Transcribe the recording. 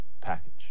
package